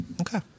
Okay